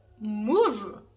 move